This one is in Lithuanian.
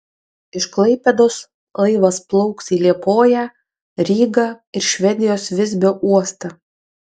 iš klaipėdos laivas plauks į liepoją rygą ir švedijos visbio uostą